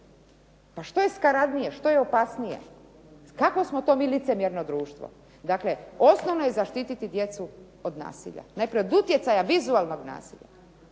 Pa što je skaradnije, što je opasnije? Kakvo smo to mi licemjerno društvo? Dakle, osnovno je zaštititi djecu od nasilja, najprije od utjecaja vizualnog nasilja,